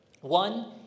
One